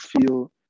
feel